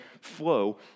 flow